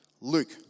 Luke